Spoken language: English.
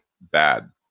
bad